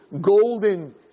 golden